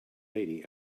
lady